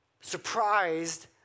surprised